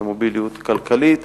למוביליות כלכלית,